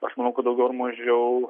aš manau kad daugiau ar mažiau